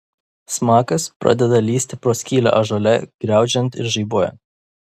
smakas pradeda lįsti pro skylę ąžuole griaudžiant ir žaibuojant